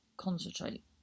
concentrate